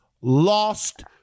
lost